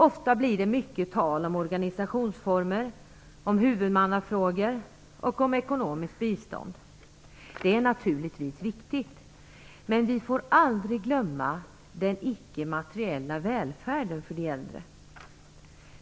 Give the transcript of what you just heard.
Ofta blir det mycket tal om organisationsformer, om huvudmannafrågor och om ekonomiskt bistånd. Det är naturligtvis viktigt, men vi får aldrig glömma "den icke materiella välfärden" för de äldre.